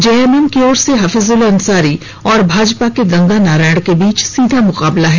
JMM की ओर से हफीजुल अंसारी और भाजपा के गंगा नारायण के बीच सीधा मुकाबला है